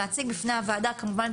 להציג בפני הוועדה כמובן,